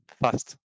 fast